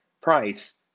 price